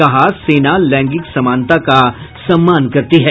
कहा सेना लैंगिक समानता का सम्मान करती है